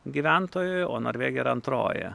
gyventojui o norvegija yra antroji